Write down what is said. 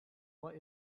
what